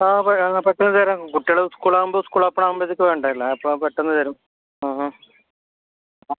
ആ അപ്പം ഞങ്ങൾ പെട്ടെന്ന് തരാം കുട്ടികൾ സ്കൂൾ ആവുമ്പോൾ സ്കൂൾ ഓപ്പൺ ആവുമ്പോഴത്തേക്ക് വേണ്ടത് അല്ലേ അപ്പോൾ പെട്ടെന്ന് തരും ഉം ഉം ആ